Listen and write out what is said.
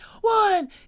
one